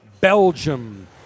Belgium